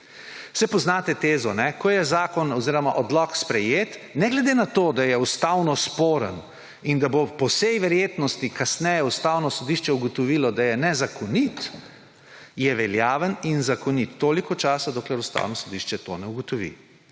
Saj poznate tezo, ko je odlok sprejet, ne glede na to, da je ustavno sporen in da bo po vsej verjetnosti kasneje Ustavno sodišče ugotovilo, da je nezakonit, je veljaven in zakonit toliko časa, dokler Ustavno sodišče tega ne ugotovi.